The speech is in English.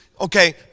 okay